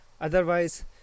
otherwise